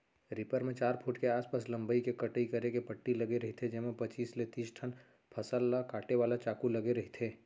reaper म चार foot के आसपास लंबई के कटई करे के पट्टी लगे रहिथे जेमा पचीस ले तिस ठन फसल ल काटे वाला चाकू लगे रहिथे